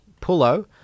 Pullo